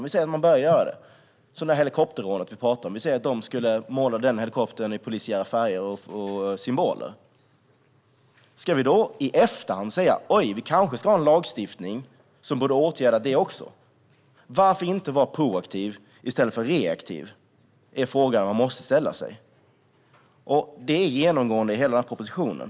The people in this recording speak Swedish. Till exempel vid helikopterrånet, som vi pratat om, målades helikoptern i polisens färger och med polisens symboler. Ska vi då i efterhand säga att vi kanske skulle haft en lagstiftning som borde ha åtgärdat också detta? Varför inte vara proaktiv i stället för reaktiv? Det är frågan man måste ställa sig, och det gäller genomgående i propositionen.